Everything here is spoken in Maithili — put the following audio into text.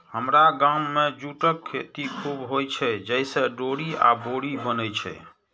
हमरा गाम मे जूटक खेती खूब होइ छै, जइसे डोरी आ बोरी बनै छै